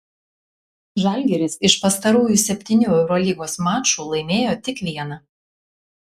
žalgiris iš pastarųjų septynių eurolygos mačų laimėjo tik vieną